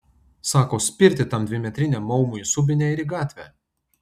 sako spirti tam dvimetriniam maumui į subinę ir į gatvę